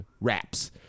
raps